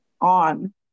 on